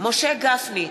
משה גפני,